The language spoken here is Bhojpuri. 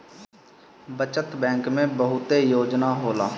बचत बैंक में बहुते योजना होला